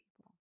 people